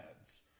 ads